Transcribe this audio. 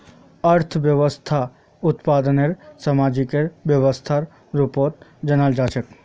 अर्थव्यवस्थाक उत्पादनेर सामाजिक व्यवस्थार रूपत जानाल जा छेक